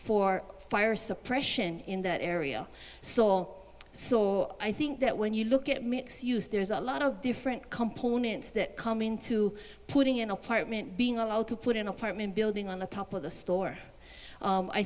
for fire suppression in that area so so i think that when you look at mix use there's a lot of different components that come into putting an apartment being allowed to put an apartment building on the top of the store